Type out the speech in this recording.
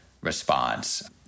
response